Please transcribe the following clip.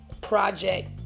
project